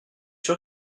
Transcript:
sûr